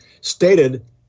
stated